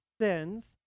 sins